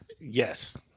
Yes